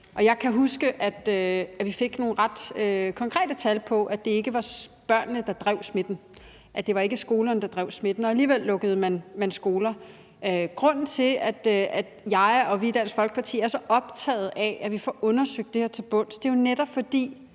jeg kan huske, at vi fik nogle ret konkrete tal på, at det ikke var børnene og skolerne, der drev smitten, og alligevel lukkede man skoler. Grunden til, at jeg og vi i Dansk Folkeparti er så optaget af, at vi får undersøgt det her til bunds, er jo netop –